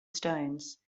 stones